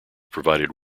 provided